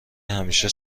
همیشه